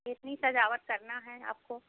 इतनी सज़ावट करनी है आपको